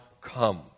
come